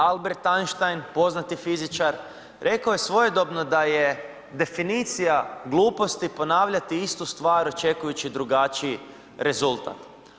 Albert Einstein poznati fizičar rekao je svojedobno da je definicija gluposti ponavljati istu stvar očekujući drugačiji rezultat.